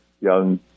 young